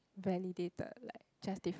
validated like justified